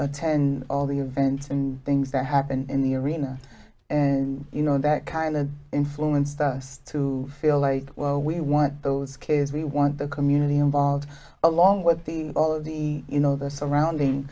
attend all the events and things that happen in the arena and you know that kind of influenced us to feel like well we want those kids we want the community involved along with all of the you know the surrounding